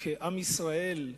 כעם ישראל,